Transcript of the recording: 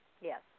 yes